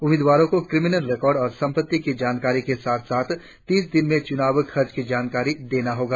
उम्मीदवारों को criminal record और संपत्ति की जानकारी के साथ साथ तीस दिनों में चूनाव खर्च की जानकारी देनी होगी